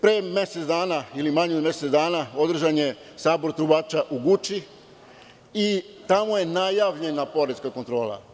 Pre mesec dana ili manje od mesec dana održane je sabor trubača u Guči i tamo je najavljena poreska kontrola.